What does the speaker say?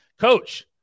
Coach